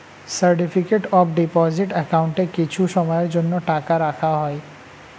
certificate of deposit অ্যাকাউন্টে কিছু সময়ের জন্য টাকা রাখা হয়